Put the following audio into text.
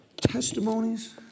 testimonies